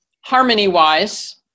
harmony-wise